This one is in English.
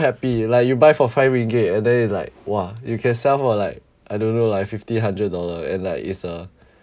happy like you buy for five ringgit and then like !wah! you can sell for like I don't know like fifty hundred dollar and like it's a